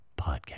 podcast